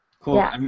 Cool